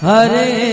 Hare